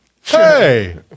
Hey